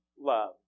love